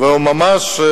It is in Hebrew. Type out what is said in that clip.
וממש,